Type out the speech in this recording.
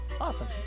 Awesome